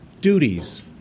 duties